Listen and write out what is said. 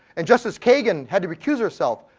and justice kagan had to recuse herself.